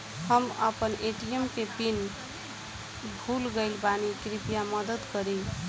हम आपन ए.टी.एम के पीन भूल गइल बानी कृपया मदद करी